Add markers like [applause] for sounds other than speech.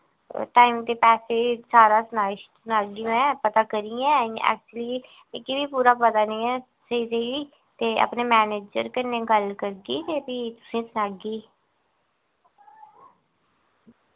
time ते पैसे में सारा सनाई [unintelligible] लैगी सारा पता करियै इयां ऐक्चुली मिगी बी पूरा पता निं ऐ स्हेई स्हेई ते अपने मैनेजर कन्नै गल्ल करगी ते फ्ही तुसें ई सनागी